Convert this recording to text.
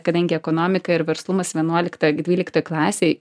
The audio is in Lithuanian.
kadangi ekonomika ir verslumas vienuolikta dvylikta klasė